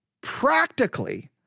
practically